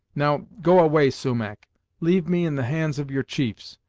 now, go away sumach leave me in the hands of your chiefs,